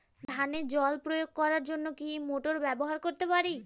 ধানে জল প্রয়োগ করার জন্য কি মোটর ব্যবহার করতে পারি?